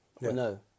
No